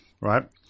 right